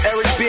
Eric